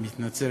אני מתנצל,